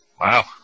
Wow